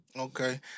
Okay